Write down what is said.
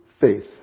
faith